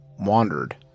wandered